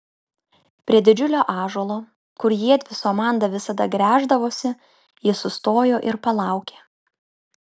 prie didžiulio ąžuolo kur jiedvi su amanda visada gręždavosi ji sustojo ir palaukė